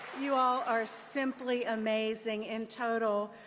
you all are simply amazing. in total,